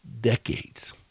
decades